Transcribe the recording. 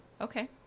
okay